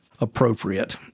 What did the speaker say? appropriate